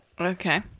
Okay